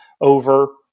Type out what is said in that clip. over